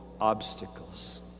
obstacles